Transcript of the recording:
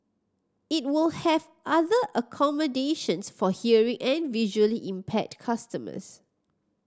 it will have other accommodations for hearing and visually impaired customers